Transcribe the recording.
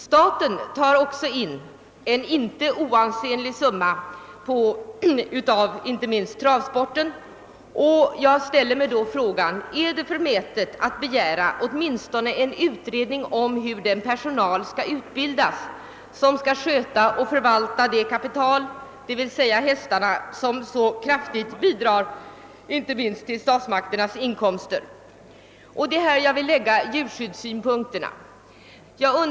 Staten tar också in icke oansenliga summor, inte minst på travsporten. Är det då förmätet att begära åtminstone en utredning om hur man bör utbilda den personal som skall sköta och förvalta det kapital, d.v.s. hästarna, som så kraftigt bidrar till statens inkomster? Det är i detta sammanhang som djurskyddssynpunkterna kommer in.